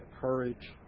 courage